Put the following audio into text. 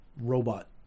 Robot